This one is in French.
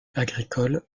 agricole